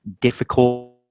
difficult